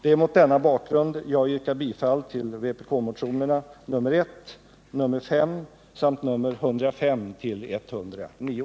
Det är mot denna bakgrund jag yrkar bifall till vpkmotionerna 1 och 5 samt 105-109.